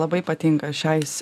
labai patinka šiais